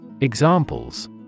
Examples